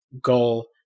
goal